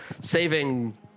Saving